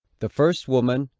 the first woman,